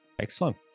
Excellent